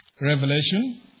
Revelation